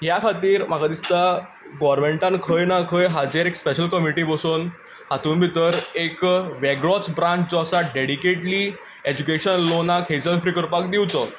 ह्या खातीर म्हाका दिसता गव्हर्मेंटान खंय ना खंय हाचेर एक स्पेशियल कमिटी बसोवन हातूंत भितर एक वेगळोच ब्रांच जो आसा डॅडिकेटली एज्युकेशन लोनाक हेस्सल फ्री करपाक दिवचो